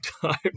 time